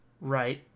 Right